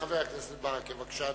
חבר הכנסת ברכה, בבקשה,